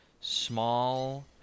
small